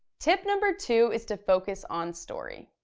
tip number two is to focus on story.